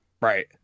Right